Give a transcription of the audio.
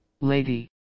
lady